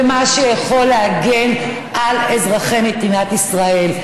במה שיכול להגן על אזרחי מדינת ישראל.